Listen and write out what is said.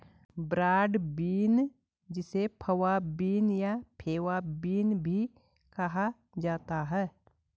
broad bean जिसे fava bean या faba bean भी कहा जाता है